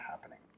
happening